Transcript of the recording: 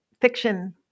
fiction